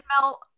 Mel